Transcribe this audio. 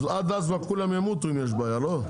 אז עד כבר כולם ימותו אם יש בעיה, לא?